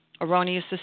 Erroneous